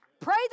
Pray